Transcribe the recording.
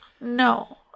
No